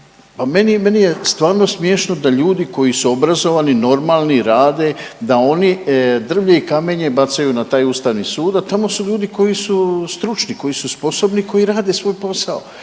meni je stvarno smiješno da ljudi koji su obrazovani, normalni, rade da oni drvlje i kamenje bacaju na taj Ustavni sud, a tamo su ljudi koji su stručni, koji su sposobni, koji rade svoj posao.